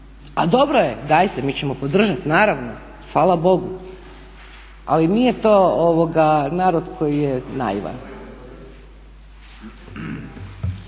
A dobro je, dajte mi ćemo podržati naravno, hvala Bogu, ali nije to narod koji je naivan.